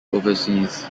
overseas